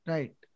Right